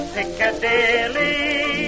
Piccadilly